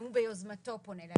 אם הוא ביוזמתו פונה.